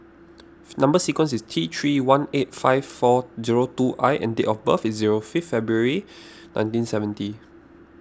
Number Sequence is T three one eight five four zero two I and date of birth is zero fifth February nineteen seventy